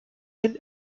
hin